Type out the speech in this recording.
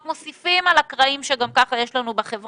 ואנחנו רק מוסיפים על הקרעים שגם כך יש לנו בחברה.